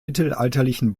mittelalterlichen